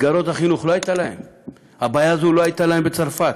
מסגרות החינוך, הבעיה הזאת לא הייתה להם בצרפת.